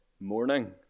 morning